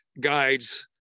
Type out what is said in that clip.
guides